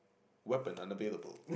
weapon unavailable